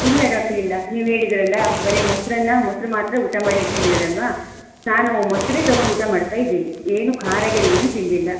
ಇಲ್ಲ ಡಾಕ್ಟರ್ ಇಲ್ಲ ನೀವು ಹೇಳಿದ್ದಿರಲ್ಲ ಬರೇ ಮೊಸರನ್ನ ಮೊಸರು ಮಾತ್ರ ಊಟ ಮಾಡಿ ಅಂತ ಹೇಳಿದ್ರಲ್ವ ನಾನು ಮೊಸರೇ ತೊಗೊಂಡು ಊಟ ಮಾಡ್ತಾ ಇದ್ದೀನಿ ಏನು ಖಾರ ಗೀರ ಏನು ತಿಂದಿಲ್ಲ